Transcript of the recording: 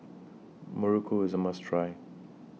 Muruku IS A must Try